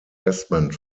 investment